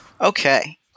Okay